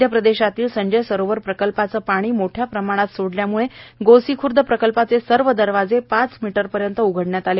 मध्य प्रदेशातील संजय सरोवर प्रकल्पाचे पाणी मोठ्या प्रमाणात सोडल्याम्ळे गोसीख्र्द प्रकल्पाचे सर्व दरवाजे पाच मीटरपर्यंत उघडण्यात आले